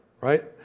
right